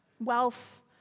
wealth